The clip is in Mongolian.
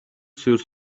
суурь